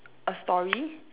a story